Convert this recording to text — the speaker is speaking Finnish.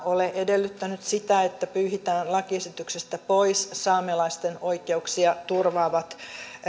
ole edellyttänyt sitä että pyyhitään lakiesityksestä pois saamelaisten oikeuksia turvaavat